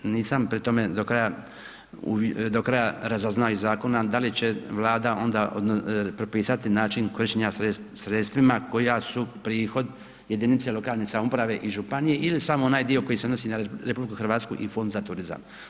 Nisam pri tome do kraja razaznao iz zakona da li će Vlada onda propisati način korištenja sredstvima koja su prihod jedinice lokalne samouprave i županije ili samo onaj dio koji se odnosi na RH i fond za turizam.